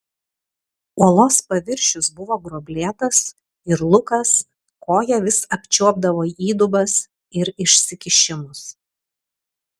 uolos paviršius buvo gruoblėtas ir lukas koja vis apčiuopdavo įdubas ir išsikišimus